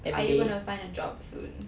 are you going to find a job soon